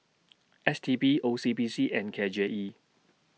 S T B O C B C and K J E